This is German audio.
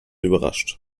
überrascht